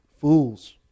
fools